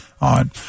on